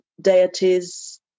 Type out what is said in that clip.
deities